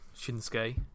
Shinsuke